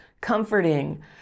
comforting